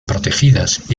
protegidas